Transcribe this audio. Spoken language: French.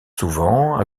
souvent